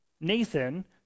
Nathan